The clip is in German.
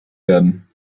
werden